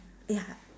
ya